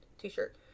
T-shirt